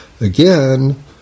again